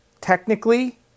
technically